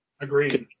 Agreed